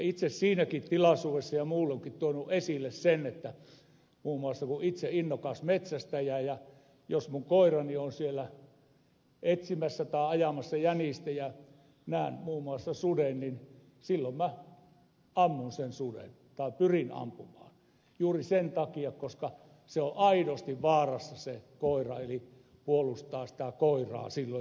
itse siinäkin tilaisuudessa ja muulloinkin olen tuonut esille sen kun itse olen innokas metsästäjä että jos minun koirani on siellä etsimässä tai ajamassa jänistä ja näen suden niin silloin minä ammun sen suden tai pyrin ampumaan juuri sen takia koska se koira on aidosti vaarassa eli puolustan sitä koiraa silloin